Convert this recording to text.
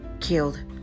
killed